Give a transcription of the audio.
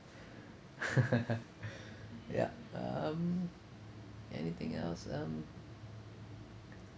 ya um anything else um